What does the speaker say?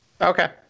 Okay